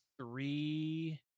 three